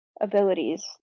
abilities